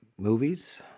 movies